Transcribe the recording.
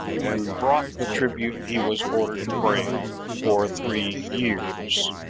and brought the tribute he was ordered to bring for three years.